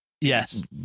Yes